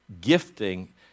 gifting